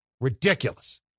Ridiculous